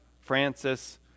Francis